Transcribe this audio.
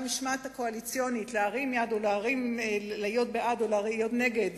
והמשמעת הקואליציונית להיות בעד או להיות נגד